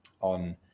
on